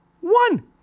One